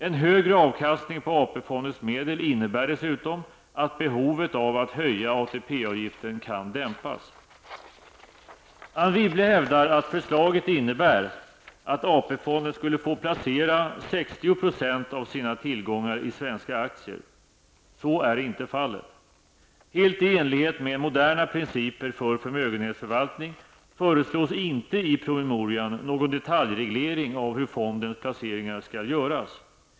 En högre avkastning på AP-fondens medel innebär dessutom att behovet av att höja ATP-avgiften kan dämpas. Anne Wibble hävdar att förslaget innebär att AP fonden skulle få placera 60 % av sina tillgångar i svenska aktier. Så är inte fallet. Helt i enlighet med moderna principer för förmögenhetsförvaltning föreslås inte i promemorian någon detaljreglering av hur fondens placeringar skall göras.